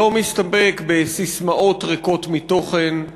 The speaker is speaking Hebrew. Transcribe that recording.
לא מסתפק בססמאות ריקות מתוכן.